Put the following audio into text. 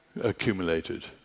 accumulated